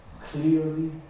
clearly